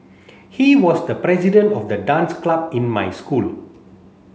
he was the president of the dance club in my school